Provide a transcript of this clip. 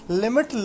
limit